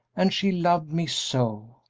and she loved me so!